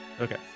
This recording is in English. Okay